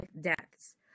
deaths